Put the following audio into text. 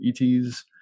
ETs